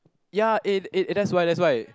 ya eh eh that's why that's why